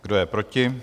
Kdo je proti?